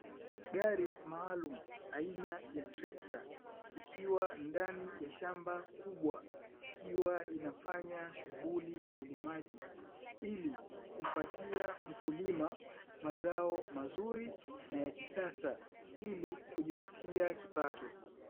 Gari maalumu aina ya trekta, ikiwa ndani ya shamba kubwa, ikiwa inafanya shughuli ya ulimaji, ili kumpatia mkulima mazao mazuri na ya kisasa, ili kujipatia kipato.